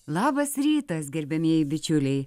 labas rytas gerbiamieji bičiuliai